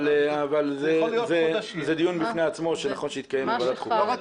אבל זה דיון בפני עצמו שנכון שיתקיים בוועדת חוקה.